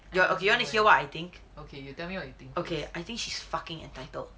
okay you wanna hear what I think okay I think she's fucking entitled